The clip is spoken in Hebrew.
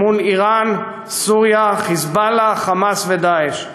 מול איראן, סוריה, "חיזבאללה", "חמאס" ו"דאעש".